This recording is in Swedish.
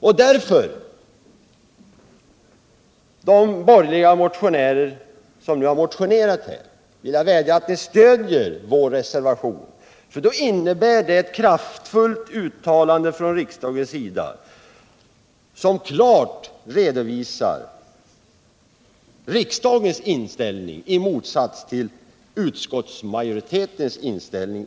Jag vill därför vädja till de borgerliga motionärerna att stödja vår reservation, för det skulle innebära ett kraftfullt uttalande från riksdagens sida, som klart redovisar riksdagens inställning i förhållande till utskottsmajoritetens inställning.